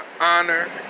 honor